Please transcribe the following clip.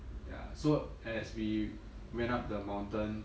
ya so as we went up the mountain